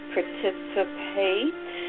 Participate